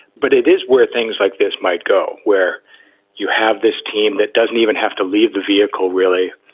but it is where things like this might go, where you have this team that doesn't even have to leave the vehicle, really.